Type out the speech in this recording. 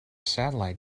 satellite